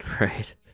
Right